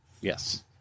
Yes